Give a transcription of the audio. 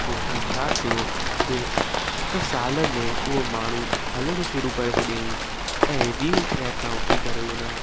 जेका छा थियो के हिक साल में उहो माण्हू हलण शुरू करे छॾियईं ऐं वील चेयर तां उथी करे उन